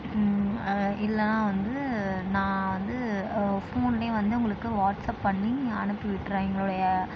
இல்லைன்னா வந்து நான் வந்து ஃபோனிலே வந்து உங்களுக்கு வாட்ஸ்ஆப் பண்ணி அனுப்பி விட்டுறேன் எங்களுடைய